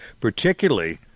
particularly